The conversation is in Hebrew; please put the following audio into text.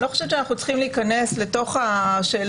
אני לא חושבת שאנחנו צריכים להיכנס לתוך השאלה